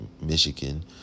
Michigan